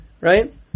right